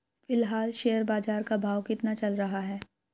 फिलहाल शेयर बाजार का भाव कितना चल रहा है?